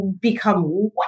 become